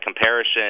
comparison